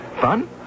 Fun